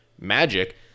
magic